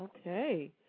Okay